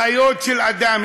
חיות של אדם,